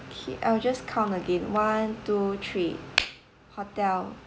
okay I I'll just count again one two three hotel